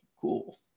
cool